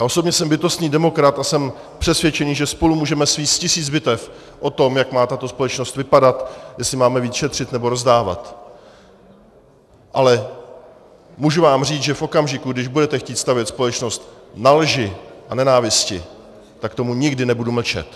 Já osobně jsem bytostný demokrat a jsem přesvědčen, že spolu můžeme svést tisíc bitev o to, jak má tato společnost vypadat, jestli máme víc šetřit, nebo rozdávat, ale můžu vám říct, že v okamžiku, kdy budete chtít stavět společnost na lži a nenávisti, tak k tomu nikdy nebudu mlčet.